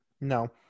No